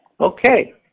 okay